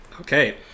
Okay